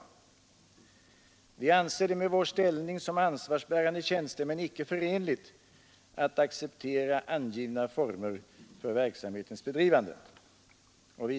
Vidare skrev man: ”Vi anser det med vår ställning som ansvarsbärande tjänstemän icke förenligt att acceptera angivna former för verksamhetens bedrivande.